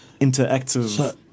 interactive